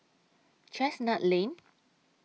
Chestnut Lane